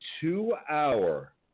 two-hour